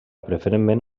preferentment